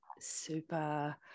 super